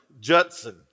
Judson